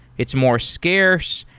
it's more scarce,